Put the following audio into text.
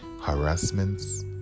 harassments